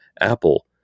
Apple